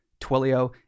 Twilio